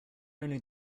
only